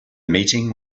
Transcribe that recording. meeting